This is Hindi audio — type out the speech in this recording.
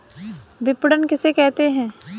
विपणन किसे कहते हैं?